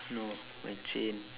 no my chain